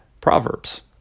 Proverbs